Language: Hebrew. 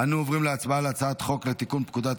אנו עוברים להצבעה על הצעת חוק לתיקון פקודת